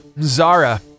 Zara